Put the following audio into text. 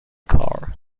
car